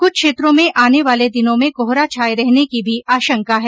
क्छ क्षेत्रों में आने वाले दिनों में कोहरा छाये रहने की भी आशंका है